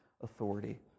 authority